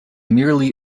merely